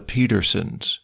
Petersons